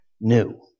new